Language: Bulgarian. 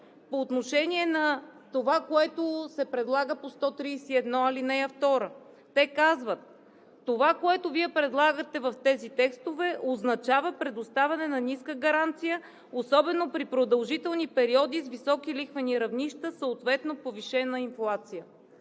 по отношение на това, което се предлага по чл. 131, ал. 2. Те казват: „Това, което Вие предлагате в тези текстове, означава предоставяне на ниска гаранция особено при продължителни периоди с високи лихвени равнища, съответно повишена инфлация.“